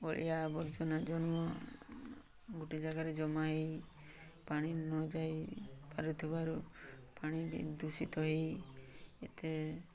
ଅଳିଆ ଆବର୍ଜନ ଜନ୍ମ ଗୋଟେ ଜାଗାରେ ଜମା ହେଇ ପାଣି ନ ଯାଇପାରୁଥିବାରୁ ପାଣି ବି ଦୂଷିତ ହେଇ ଏତେ